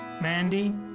Mandy